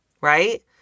right